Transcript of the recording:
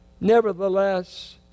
nevertheless